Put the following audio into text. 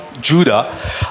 Judah